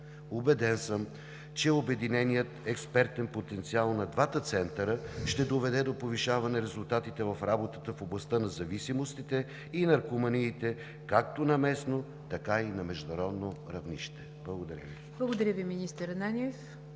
Убеден съм, че обединеният експертен потенциал на двата центъра ще доведе до повишаване резултатите в работата в областта на зависимостите и наркоманиите както на местно, така и на международно равнище. Благодаря Ви. ПРЕДСЕДАТЕЛ НИГЯР ДЖАФЕР: